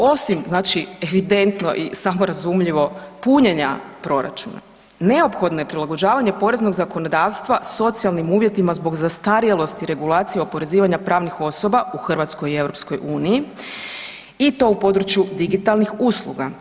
Osim, znači evidentno i samorazumljivo punjenja proračuna, neophodno je prilagođavanje poreznog zakonodavstva socijalnim uvjetima zbog zastarjelosti regulacije oporezivanja pravnih osoba u Hrvatskoj i EU i to u području digitalnih usluga.